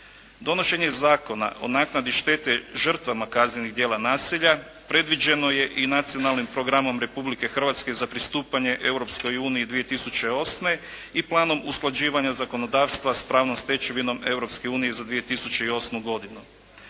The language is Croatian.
Donošenje Zakona o naknadi štete žrtvama kaznenih djela nasilja predviđeno je i Nacionalnim programom Republike Hrvatske za pristupanje Europskoj uniji 2008. i planom usklađivanja zakonodavstva s pravnom stečevinom Europske unije za 2008. godinu.